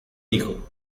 dijo